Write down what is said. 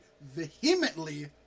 vehemently